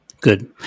Good